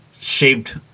shaped